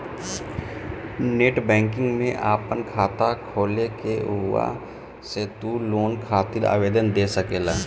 net banking में आपन खाता खोल के उहवा से तू लोन खातिर आवेदन दे सकेला